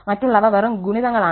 മറ്റുള്ളവ വെറും ഗുണിതങ്ങളാണ്